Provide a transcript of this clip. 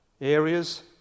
areas